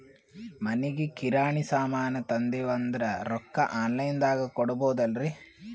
ಮನಿಗಿ ಕಿರಾಣಿ ಸಾಮಾನ ತಂದಿವಂದ್ರ ರೊಕ್ಕ ಆನ್ ಲೈನ್ ದಾಗ ಕೊಡ್ಬೋದಲ್ರಿ?